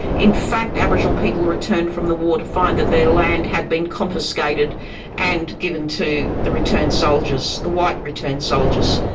in fact aboriginal people returned from the war to find that their land had been confiscated and given to the returned soldiers. the white returned soldiers.